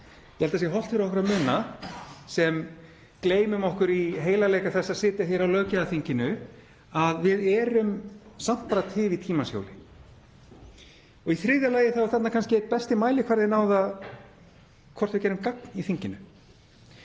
Ég held að það sé hollt fyrir okkur að muna, sem gleymum okkur í heilagleika þess að sitja hér á löggjafarþinginu, að við erum samt bara tif í tímans hjóli. Í þriðja lagi er þarna kannski einn besti mælikvarðinn á það hvort við gerum gagn í þinginu.